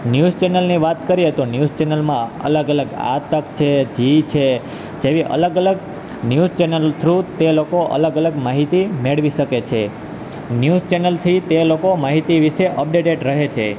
news ચેનલની વાત કરીએ તો ન્યૂઝ ચેનલમાં અલગ અલગ આજતક છે ઝી છે જેવી અલગ અલગ ન્યૂઝ ચેનલ થ્રુ તે લોકો અલગ અલગ માહિતી મેળવી શકે છે ન્યૂઝ ચેનલથી તે લોકો માહિતી વિશે અપડેટેડ રહે છે